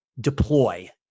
deploy